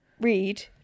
read